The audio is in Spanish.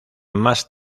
más